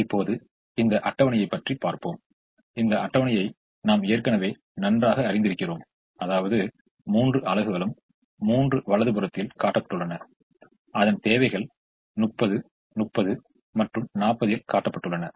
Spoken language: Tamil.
இப்போது இந்த அட்டவணையை பற்றி பார்ப்போம் இந்த அட்டவணையை நாம் ஏற்கனவே நன்றாகா அறிந்திருக்கிறோம் அதாவது மூன்று அலகுகளும் மூன்று வலது புறத்தில் காட்டப்பட்டுள்ளன அதன் தேவைகள் 30 30 மற்றும் 40 இல் காட்டப்பட்டுள்ளன